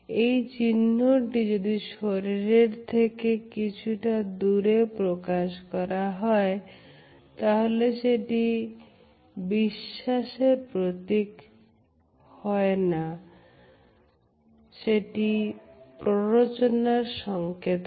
এই চিহ্নটি যদি শরীরের থেকে কিছুটা দূরে প্রকাশ করা হয় তাহলে সেটি বিশ্বাস প্রতীক হয় না হলে সেটি প্ররোচনার সংকেত করে